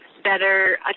Better